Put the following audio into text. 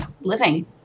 living